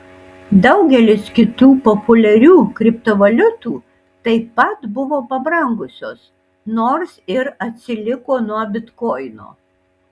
daugelis kitų populiarių kriptovaliutų taip pat buvo pabrangusios nors ir atsiliko nuo bitkoino